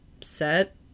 set